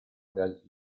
del